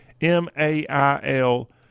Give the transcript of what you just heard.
M-A-I-L